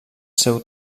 seu